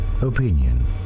opinion